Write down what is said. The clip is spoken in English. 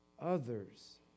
others